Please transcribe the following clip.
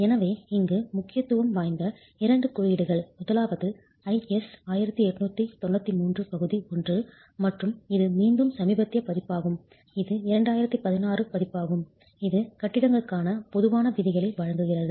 எனவே இங்கு முக்கியத்துவம் வாய்ந்த இரண்டு குறியீடுகள் முதலாவது IS 1893 பகுதி 1 மற்றும் இது மீண்டும் சமீபத்திய பதிப்பாகும் இது 2016 பதிப்பாகும் இது கட்டிடங்களுக்கான பொதுவான விதிகளை வழங்குகிறது